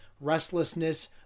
restlessness